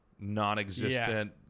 non-existent